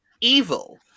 evil